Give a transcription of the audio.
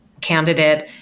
candidate